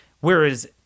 Whereas